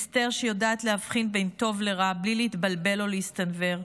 אסתר שיודעת להבחין בין טוב לרע בלי להתבלבל או להסתנוור,